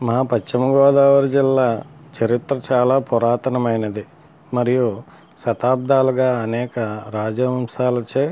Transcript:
మా పశ్చిమ గోదావరి జిల్లా చరిత్ర చాలా పురాతనమైనది మరియు శతాబ్దాలుగా అనేక రాజ్య వంశాలచే